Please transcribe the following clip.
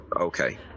okay